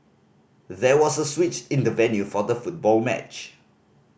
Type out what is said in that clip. there was a switch in the venue for the football match